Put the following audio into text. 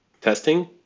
Testing